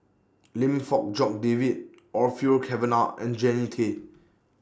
Lim Fong Jock David Orfeur Cavenagh and Jannie Tay